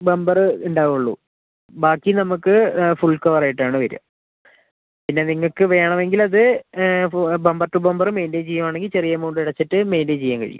bumper ഉണ്ടാവുള്ളൂ ബാക്കി നമുക്ക് ഫുൾ കവർ ആയിട്ടാണ് വരുക പിന്നെ നിങ്ങൾക്ക് വേണമെങ്കിൽ അത് ഇപ്പോൾ ബംബർ ടു ബംബർ മൈന്റൈൻ ചെയ്യുവാണെങ്കിൽ ചെറിയ എമൗണ്ട് അടച്ചിട്ട് മൈന്റൈൻ ചെയ്യാൻ കഴിയും